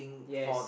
yes